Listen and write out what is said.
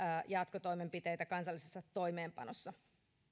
jatkotoimenpiteitä kansallisessa toimeenpanossa